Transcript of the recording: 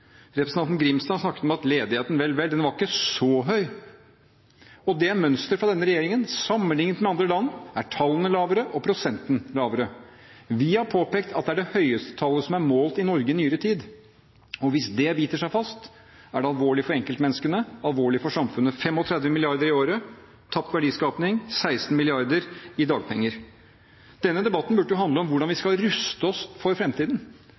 Representanten Grimstad snakket om at ledigheten – vel, vel, den var ikke så høy. Og det er mønsteret for denne regjeringen: Sammenlignet med andre land er tallene lavere og prosenten lavere. Vi har påpekt at det er det høyeste tallet som er målt i Norge i nyere tid, og hvis det biter seg fast, er det alvorlig for enkeltmenneskene og alvorlig for samfunnet: 35 mrd. kr i året i tapt verdiskaping, 16 mrd. kr i dagpenger. Denne debatten burde handle om hvordan vi skal ruste oss for fremtiden,